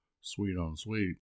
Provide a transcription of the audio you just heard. sweet-on-sweet